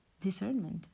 discernment